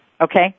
okay